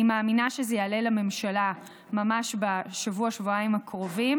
אני מאמינה שזה יעלה לממשלה ממש בשבוע-שבועיים הקרובים.